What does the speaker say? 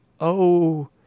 Oh